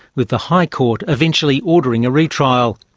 with the high court eventually ordering a retrial.